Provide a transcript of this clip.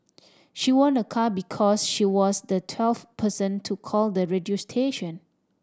she won a car because she was the twelfth person to call the radio station